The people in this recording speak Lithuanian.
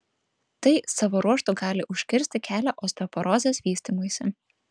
tai savo ruožtu gali užkirsti kelią osteoporozės vystymuisi